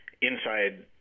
inside